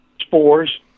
spores